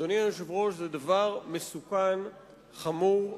אדוני היושב-ראש, זה דבר מסוכן, חמור ופסול,